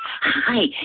Hi